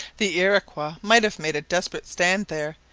the iroquois might have made a desperate stand there,